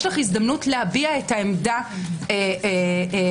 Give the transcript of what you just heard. יש לך הזדמנות להביע את העמדה כתובה.